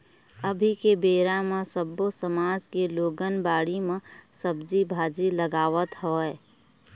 अभी के बेरा म सब्बो समाज के लोगन बाड़ी म सब्जी भाजी लगावत हवय